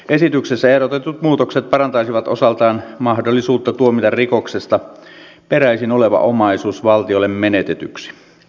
esityksessä ehdotetut muutokset parantaisivat osaltaan mahdollisuutta tuomita rikoksesta peräisin oleva omaisuus valtiolle menetetyksi